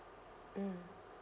mm